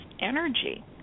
energy